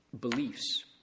beliefs